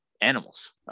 animals